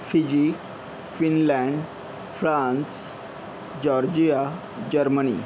Fiji Finland France Georgia Germany